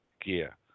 gear